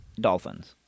Dolphins